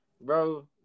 Bro